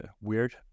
weird